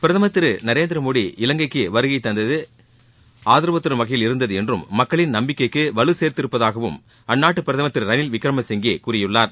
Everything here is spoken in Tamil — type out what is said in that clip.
பிரதமர் திரு நரேந்திரமோடி இவங்கைக்கு வருகை தந்தது ஆதரவு தரும் வகையில் இருந்தது என்றும் மக்களின் நம்பிக்கைக்கு வலுசேர்த்திருப்பதாகவும் அந்நாட்டு பிரதமர் திரு ரணில் விக்ரமசிங்கே கூறியுள்ளார்